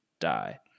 die